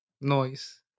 Noise